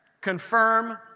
confirm